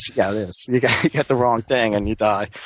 yeah it is. you get the wrong thing, and you die.